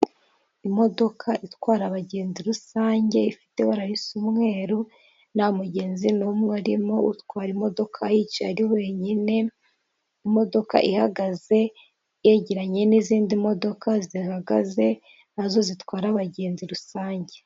Imodoka itwara abagenzi rusange ifite ibara risa umweru ntamugenzi n'umwe urimo utwara imodoka yicaye ari wenyine imodoka ihagaze yegeranye n'izindi modoka zihagaze nazo zitwara abagenzi rusange.